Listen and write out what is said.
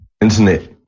Internet